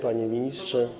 Panie Ministrze!